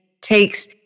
takes